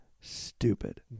stupid